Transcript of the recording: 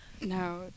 No